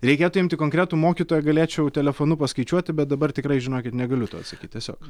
reikėtų imti konkretų mokytoją galėčiau telefonu paskaičiuoti bet dabar tikrai žinokit negaliu to atsakyti tiesiog